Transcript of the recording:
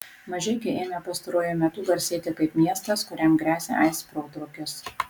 mažeikiai ėmė pastaruoju metu garsėti kaip miestas kuriam gresia aids protrūkis